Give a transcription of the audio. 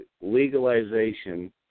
legalization